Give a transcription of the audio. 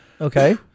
Okay